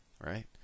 Right